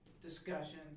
discussion